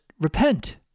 repent